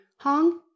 Hong